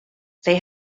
they